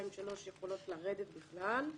2 ו-3 יכולות לרדת בכלל.